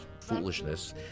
foolishness